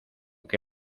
que